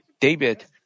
David